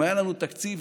אם היה לנו תקציב,